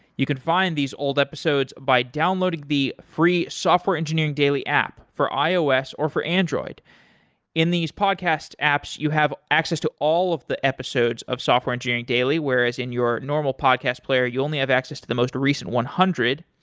you can find these old episodes by downloading the free software engineering daily app for ios or for android in these podcast apps, you have access to all of the episodes of software engineering daily, whereas in your normal podcast player you only have access to the most recent one hundred.